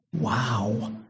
Wow